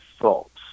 thoughts